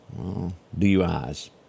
DUIs